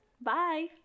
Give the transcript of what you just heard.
Bye